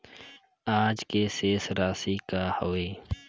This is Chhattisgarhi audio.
आज के शेष राशि का हवे?